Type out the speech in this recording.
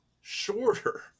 shorter